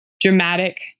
dramatic